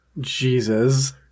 Jesus